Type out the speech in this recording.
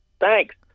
Thanks